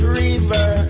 river